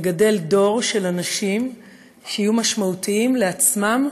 לגדל דור של אנשים שיהיו משמעותיים לעצמם,